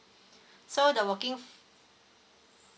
so the working